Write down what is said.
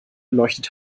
leuchtet